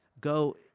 go